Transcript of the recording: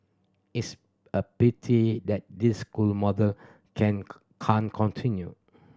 it's a pity that this school model can can't continue